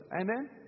Amen